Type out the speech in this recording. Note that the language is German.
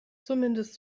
zumindest